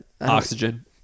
Oxygen